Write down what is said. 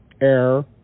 air